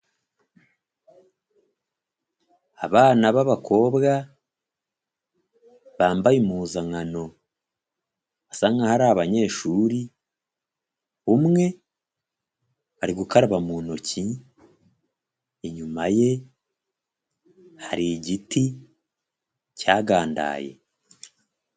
Abana b'abakobwa bambaye impuzankano, basa nkaho ari abanyeshuri, umwe ari gukaraba mu ntoki, inyuma ye hari igiti cyagandaye.